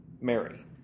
Mary